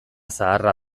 zaharra